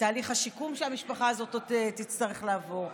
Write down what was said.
ותהליך השיקום שהמשפחה הזאת עוד תצטרך לעבור.